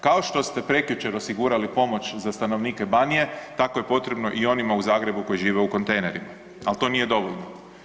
Kao što ste prekjučer osigurali pomoć za stanovnike Banije, tako je potrebno i onima u Zagrebu koji žive u kontejnerima, al to nije dovoljno.